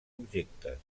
objectes